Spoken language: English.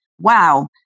wow